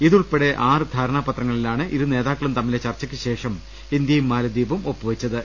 ഇതുൾപ്പെടെ ആറ് ധാരണാ പത്രങ്ങളിലാണ് ഇരു നേതാക്കളും തമ്മിലെ ചർച്ച യ്ക്കുശേഷം ഇന്ത്യയും മാലദ്വീപും ഒപ്പുവെച്ചത്